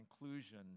inclusion